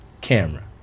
camera